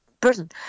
person